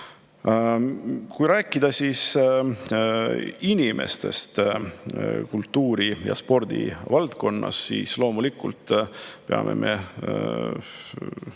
Kui rääkida inimestest kultuuri- ja spordivaldkonnas, siis loomulikult peame tunnistama,